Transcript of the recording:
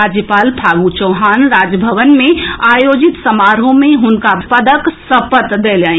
राज्यपाल फागू चौहान राजभवन मे आयोजित समारोह मे हनुका पदक सपत दियौलनि